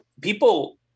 people